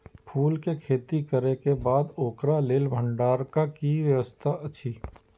फूल के खेती करे के बाद ओकरा लेल भण्डार क कि व्यवस्था अछि?